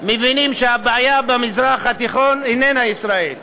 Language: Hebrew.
מבינים שהבעיה במזרח התיכון איננה ישראל.